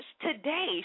today